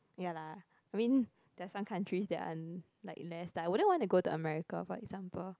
ya lah I mean there are some countries that are like less I wouldn't want to go to America for example